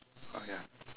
orh ya